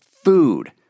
food